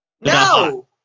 No